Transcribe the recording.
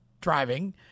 driving